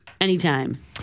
Anytime